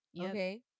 Okay